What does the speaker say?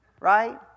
Right